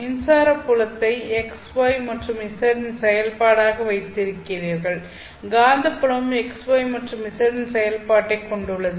மின்சார புலத்தை x y மற்றும் z இன் செயல்பாடாக வைத்திருக்கிறீர்கள் காந்தப்புலமும் x y மற்றும் z இன் செயல்பாட்டைக் கொண்டுள்ளது